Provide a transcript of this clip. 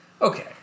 Okay